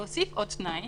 להוסיף עוד תנאי